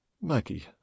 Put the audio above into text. maggie